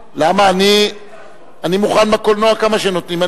למה, אני מוכן בקולנוע כמה שנותנים.